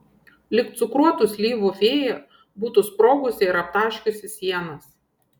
lyg cukruotų slyvų fėja būtų sprogusi ir aptaškiusi sienas